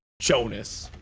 jonas!